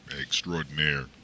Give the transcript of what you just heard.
extraordinaire